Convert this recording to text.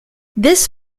this